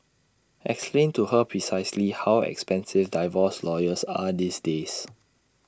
explain to her precisely how expensive divorce lawyers are these days